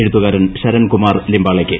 എഴുത്തുകാരൻ ശരൺകുമാർ ലിംബാളെയ്ക്ക്